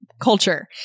culture